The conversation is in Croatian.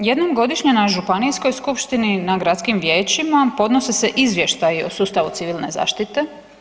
Jednom godišnje na županijskoj skupštini, na gradskim vijećima podnose se izvještaji o sustavu Civilne zaštite.